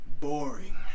boring